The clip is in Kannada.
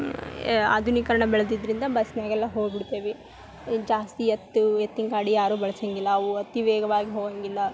ಆಧುನೀಕರಣ ಬೆಳೆದಿದ್ದರಿಂದ ಬಸ್ನಾಗೆಲ್ಲ ಹೋಗಿ ಬಿಡ್ತೇವಿ ಜಾಸ್ತಿ ಎತ್ತು ಎತ್ತಿನ ಗಾಡಿ ಯಾರು ಬಳಸಂಗಿಲ್ಲ ಅವು ಅತಿ ವೇಗವಾಗಿ ಹೋಗಂಗಿಲ್ಲ